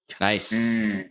Nice